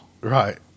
Right